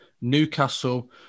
Newcastle